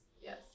yes